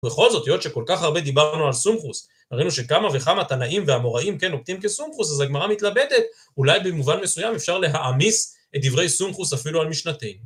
בכל זאת, היות שכל כך הרבה דיברנו על סומכוס, הראינו שכמה וכמה תנאים והאמוראים כן נוקטים כסומכוס, אז הגמרא מתלבטת. אולי במובן מסוים אפשר להעמיס את דברי סומכוס אפילו על משנתינו.